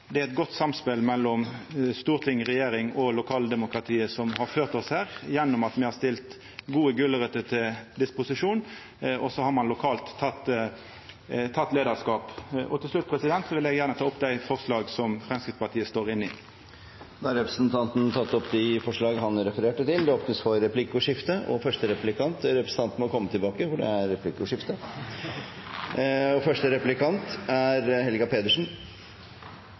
Det er eit godt samspel mellom storting, regjering og lokaldemokratiet som har ført oss hit gjennom at me har stilt gode gulrøter til disposisjon, og så har ein lokalt teke leiarskap. Til slutt vil eg ta opp dei forslaga som Framstegspartiet er med på. Representanten Helge André Njåstad har tatt opp de forslagene han refererte til. Det blir replikkordskifte. Representanten må komme tilbake, for det er replikkordskifte. Første replikant er Helga Pedersen.